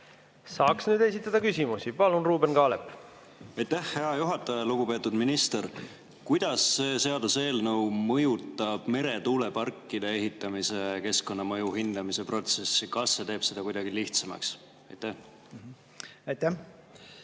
saab esitada küsimusi. Palun, Ruuben Kaalep! Aitäh, hea juhataja! Lugupeetud minister! Kuidas see seaduseelnõu mõjutab meretuuleparkide ehitamise keskkonnamõju hindamise protsessi? Kas see teeb seda kuidagi lihtsamaks? Aitäh, hea